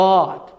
God